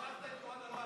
הדוברת הבאה,